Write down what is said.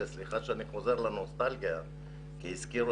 וסליחה שאני חוזר לנוסטלגיה כי הזכירו